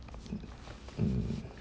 mm